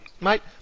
mate